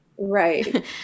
right